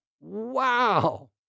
Wow